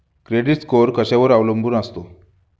Credit score कशावर अवलंबून असतो?